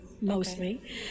mostly